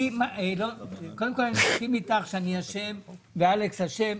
אני מסכים איתך שאני אשם ואלכס אשם.